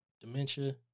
dementia